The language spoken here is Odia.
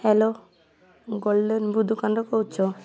ହ୍ୟାଲୋ ଗୋଲ୍ଡେନ୍ ଦୋକାନରୁ କହୁଛ